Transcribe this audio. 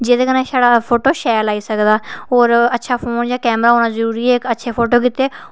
जेह्दे कन्नै छड़ा फोटो शैल आई सकदा होर अच्छा फोन जां कैमरा होना जरूरी ऐ अच्छे फोटो गित्तै